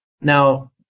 Now